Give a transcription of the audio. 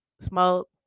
smoke